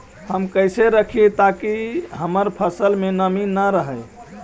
हम कैसे रखिये ताकी हमर फ़सल में नमी न रहै?